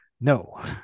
no